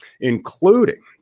including